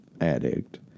addict